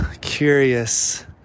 curious